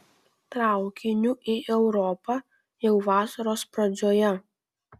traukiniu į europą jau vasaros pradžioje